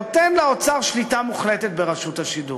נותן לאוצר שליטה מוחלטת ברשות השידור.